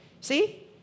See